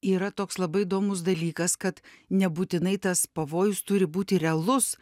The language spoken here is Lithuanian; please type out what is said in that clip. yra toks labai įdomus dalykas kad nebūtinai tas pavojus turi būti realus